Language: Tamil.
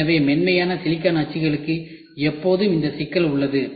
எனவே மென்மையான சிலிக்கான் அச்சுகளுக்கு எப்போதும் இந்த சிக்கல் உள்ளது